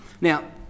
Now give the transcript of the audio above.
Now